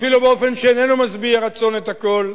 אפילו באופן שאיננו משביע רצון את הכול,